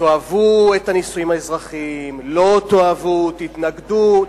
תאהבו את הנישואים האזרחיים, לא תאהבו, תתנגדו,